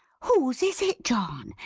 whose is it, john?